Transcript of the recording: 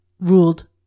ruled